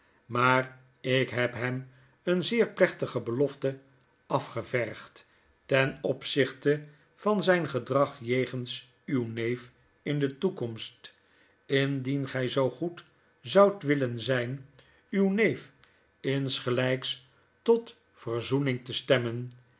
maar ik heb hem een zeer plechtige belofte afgevergd ten opzichte van zyn gedrag jegens uw neef in de toekomst indien gij zoo goed zoudt willen zyn uw neef insgelyks tot verzoening te stemmen